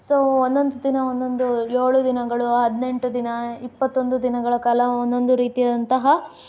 so ಒಂದೊಂದು ದಿನ ಒಂದೊಂದು ಏಳು ದಿನಗಳು ಹದಿನೆಂಟು ದಿನ ಇಪ್ಪತ್ತೊಂದು ದಿನಗಳ ಕಾಲ ಒಂದೊಂದು ರೀತಿಯಾದಂತಹ